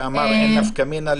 הוא אמר שאין נפקא מינה.